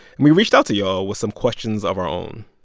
and we reached out to you all with some questions of our own